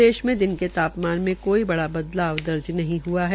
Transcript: प्रदेश मे दिन के तापमान में कोई बड़ा बदलाव दर्ज नहीं हआ है